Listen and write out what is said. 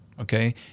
okay